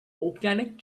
organic